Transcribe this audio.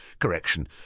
Correction